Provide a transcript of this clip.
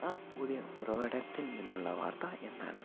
ആ പുതിയ ഉറവിടത്തിൽ നിന്നുള്ള വാർത്ത എന്നാണ്